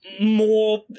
more